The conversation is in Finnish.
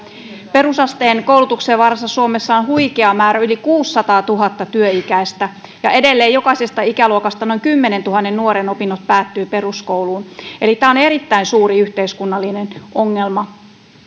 perusasteen koulutuksen varassa suomessa on huikea määrä yli kuusisataatuhatta työikäistä ja edelleen jokaisesta ikäluokasta noin kymmenentuhannen nuoren opinnot päättyvät peruskouluun tämä on erittäin suuri yhteiskunnallinen ongelma